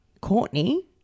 Courtney